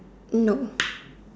no